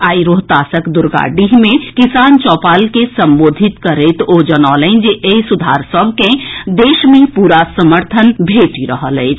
आई रोहतासक दुर्गाडीह मे किसान चौपाल के संबोधित करैत ओ जनौलनि जे एहि सुधार सभ के देश मे पूरा समर्थन भेटि रहल अछि